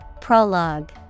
Prologue